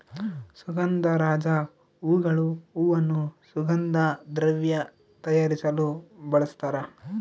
ಸುಗಂಧರಾಜ ಹೂಗಳು ಹೂವನ್ನು ಸುಗಂಧ ದ್ರವ್ಯ ತಯಾರಿಸಲು ಬಳಸ್ತಾರ